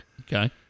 Okay